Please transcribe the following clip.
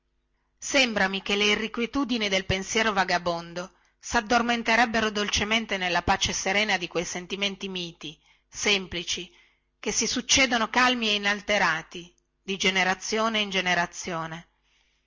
che le irrequietudini del pensiero vagabondo saddormenterebbero dolcemente nella pace serena di quei sentimenti miti semplici che si succedono calmi e inalterati di generazione in generazione